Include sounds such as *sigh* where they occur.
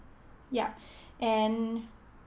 yup and *breath*